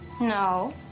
No